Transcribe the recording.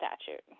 statute